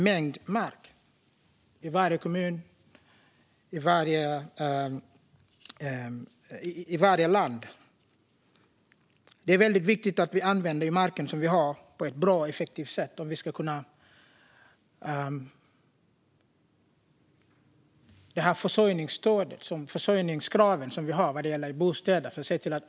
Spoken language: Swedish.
Så är det i varje kommun och i varje land. Det är väldigt viktigt att vi använder den mark som vi har på ett bra och effektivt sätt. Det finns försörjningskrav när det gäller bostäder.